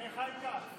של חיים כץ.